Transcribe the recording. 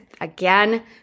Again